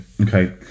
Okay